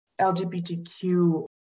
LGBTQ